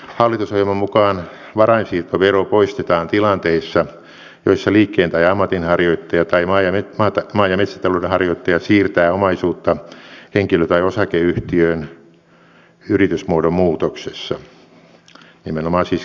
hallitusohjelman mukaan varainsiirtovero poistetaan tilanteissa joissa liikkeen tai ammatinharjoittaja tai maa ja metsätalouden harjoittaja siirtää omaisuutta henkilö tai osakeyhtiöön yritysmuodon muutoksessa nimenomaan siis kiinteää omaisuutta